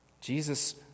Jesus